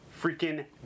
freaking